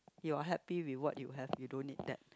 you are happy with what you have you don't need that